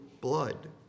blood